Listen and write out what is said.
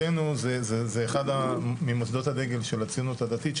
מבחינתנו זה אחד ממוסדות הדגל של הציונות הדתית,